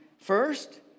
first